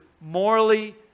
morally